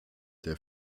der